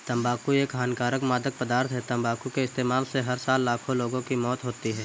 तंबाकू एक हानिकारक मादक पदार्थ है, तंबाकू के इस्तेमाल से हर साल लाखों लोगों की मौत होती है